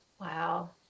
Wow